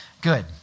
good